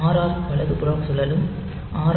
RR வலதுபுறம் சுழலும் R